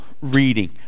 Reading